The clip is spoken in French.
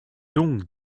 donc